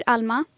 Alma